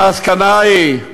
המסקנה היא: